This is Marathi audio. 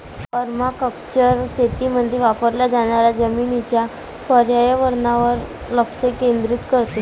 पर्माकल्चर शेतीमध्ये वापरल्या जाणाऱ्या जमिनीच्या पर्यावरणावर लक्ष केंद्रित करते